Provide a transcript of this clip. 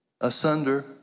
asunder